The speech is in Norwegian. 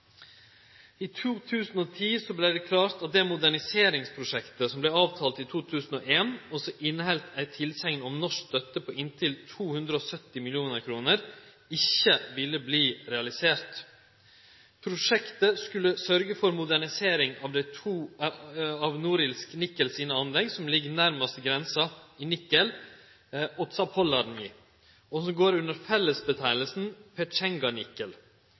I 2010 vart det klart at det moderniseringsprosjektet som vart avtalt i 2001, og som inneheldt ei tilsegn om norsk støtte på inntil 270 mill. kr, ikkje ville verte realisert. Prosjektet skulle syte for modernisering av dei to av Norilsk Nickel sine anlegg som ligg nærast grensa, i Nikel og Zapoljarnij, og som går under